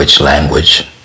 language